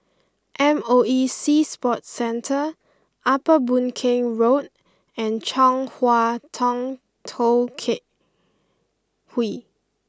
M O E Sea Sports Centre Upper Boon Keng Road and Chong Hua Tong Tou cat Hwee